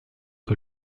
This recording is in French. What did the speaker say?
que